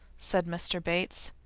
said mr. bates,